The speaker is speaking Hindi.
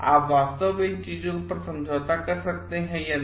आप वास्तव में इन चीजों पर समझौता कर सकते हैं या नहीं